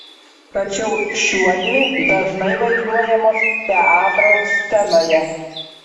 tačiau šiuodvi dažnai vaizduojamos teatro scenoje